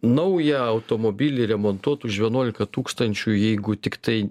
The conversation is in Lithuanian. naują automobilį remontuot už vienuolika tūkstančių jeigu tiktai